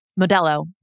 Modelo